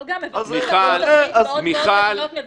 אבל גם את זה ארצות הברית עוד ועוד מדינות מבטלות.